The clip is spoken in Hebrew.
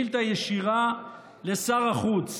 שאילתה ישירה את שר החוץ.